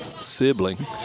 sibling